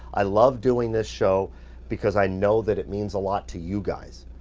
i love doing this show because i know that it means a lot to you guys,